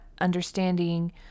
understanding